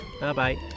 Bye-bye